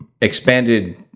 expanded